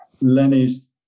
Lenny's